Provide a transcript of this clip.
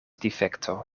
difekto